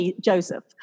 Joseph